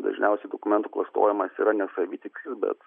dažniausiai dokumentų klastojimas yra ne savitikslis bet